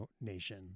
Nation